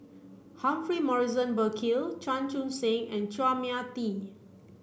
Humphrey Morrison Burkill Chan Chun Sing and Chua Mia Tee